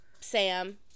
sam